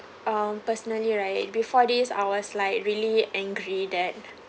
um personally right before this I was like really angry that